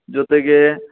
ಜೊತೆಗೆ